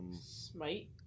Smite